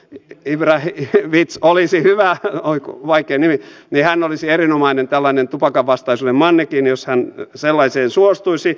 nyt ei vähiten ibrahimovi olisi hyvä vaikea nimi hän olisi erinomainen tällainen tupakanvastaisuuden mannekiini jos hän sellaiseen suostuisi